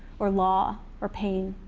or law, or pain.